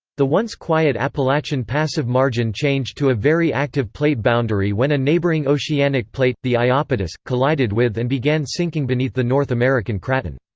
the once-quiet appalachian passive margin changed to a very active plate boundary when a neighboring oceanic plate, the iapetus, collided with and began sinking beneath the north american craton.